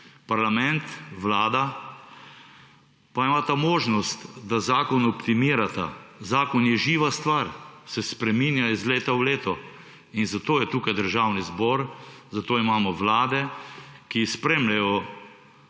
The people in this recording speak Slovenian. Parlament, vlada pa imata možnost, da zakon optimirata; zakon je živa stvar, se spreminja iz leta v leto. in zato je tukaj Državni zbor, zato imamo vlade, ki spremljajo